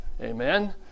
Amen